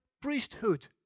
priesthood